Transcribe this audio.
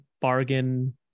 bargain